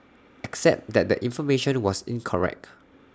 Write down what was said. except that the information was incorrect